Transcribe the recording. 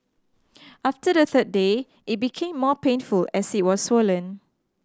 after the third day it became more painful as it was swollen